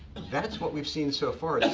that's what we've seen so far.